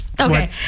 Okay